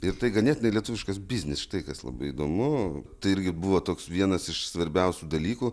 ir tai ganėtinai lietuviškas biznis štai kas labai įdomu tai irgi buvo toks vienas iš svarbiausių dalykų